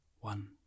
One